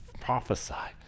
prophesied